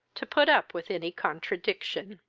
to put up with any contradiction.